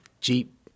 Jeep